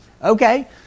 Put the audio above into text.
Okay